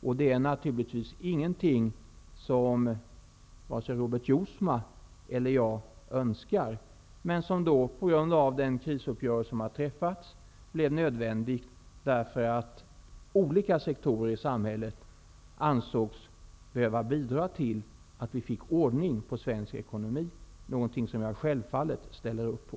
Detta är naturligtvis ingenting som vare sig Robert Jousma eller jag önskar, men det blir på grund av den krisuppgörelse som har träffats nödvändigt, eftersom man ansåg att olika sektorer i samhället behövde bidra till att vi fick ordning på svensk ekonomi, något som jag självfallet ställer upp på.